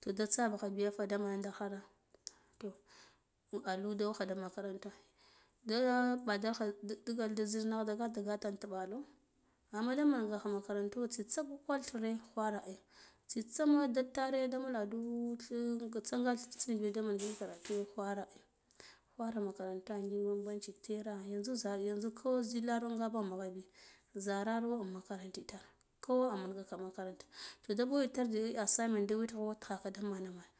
to da tsabakhabi gi ya ta da mana ndara toh aɗu kha makaranta nda padalkha ndigal da zil na da gata gata ntu intibalo amma da menga kho makaranta tsitsa kwa kwature khwara si tsitsa ma da tare damuladu tsitsa in tsintsina bi daman ngik karatu khwara ai khwara makaranta ngik banbanci tera yanzu zamani yanzu ko zilaro ngaba mugha bi zararo makaranta itar nkho a manga makaranta to da mɓo itar da assignment da witgho da mana mana.